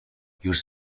już